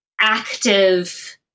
active